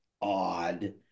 odd